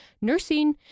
nursing